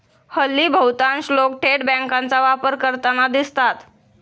हल्ली बहुतांश लोक थेट बँकांचा वापर करताना दिसतात